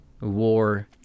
war